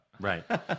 Right